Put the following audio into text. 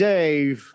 Dave